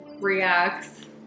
reacts